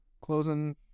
closing